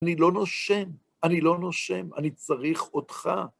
אני לא נושם, אני לא נושם, אני צריך אותך.